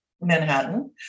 Manhattan